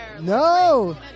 No